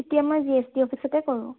তেতিয়া মই G S T অফিচতে কৰোঁ